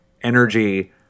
energy